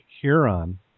Huron